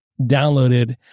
downloaded